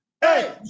Hey